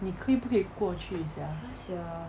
你可不可以过去一下